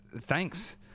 Thanks